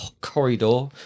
corridor